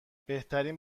بهترین